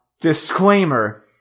disclaimer